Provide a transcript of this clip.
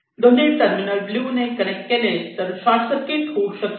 दोन्ही terminal blue ने connect केले तर शॉर्टसर्किट होऊ शकेल